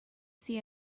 see